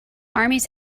armies